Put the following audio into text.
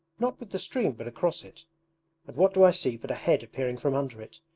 not with the stream but across it and what do i see but a head appearing from under it!